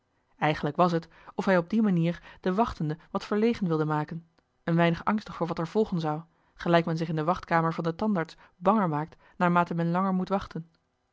eigenlijk was het of hij op die manier den wachtende wat verlegen wilde maken een weinig angstig voor wat er volgen zou gelijk men zich in de wachtkamer van den tandarts banger maakt naarmate men langer moet wachten